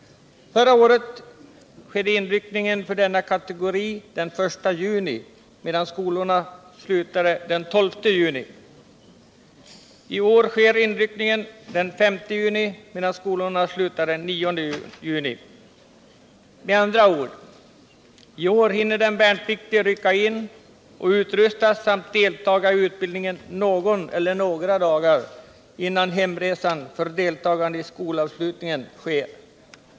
Förra året skedde inryckningen för denna kategori den 5 juni, medan skolorna slutar den 9 juni. Med andra ord i år hinner den värnpliktige rycka in och utrustas samt deltaga i utbildningen någon eller några dagar innan hemresa för att deltaga i skolavslutningen sker.